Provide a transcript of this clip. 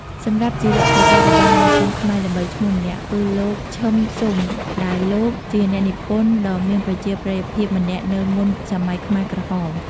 សម្រាប់ជីវប្រវត្តិរបស់អ្នកនិពន្ធខ្មែរល្បីឈ្មោះម្នាក់គឺលោក ឈឹម ស៊ុម ដែលលោក ជាអ្នកនិពន្ធដ៏មានប្រជាប្រិយភាពម្នាក់នៅមុនសម័យខ្មែរក្រហម។